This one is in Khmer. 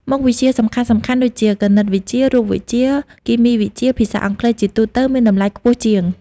មុខវិជ្ជាសំខាន់ៗដូចជា គណិតវិទ្យា រូបវិទ្យា គីមីវិទ្យា ភាសាអង់គ្លេស ជាទូទៅមានតម្លៃខ្ពស់ជាង។